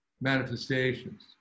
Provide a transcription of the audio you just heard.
manifestations